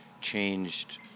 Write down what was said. changed